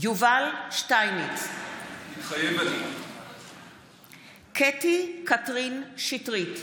יובל שטייניץ, מתחייב אני קטי קטרין שטרית,